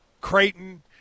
Creighton